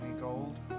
gold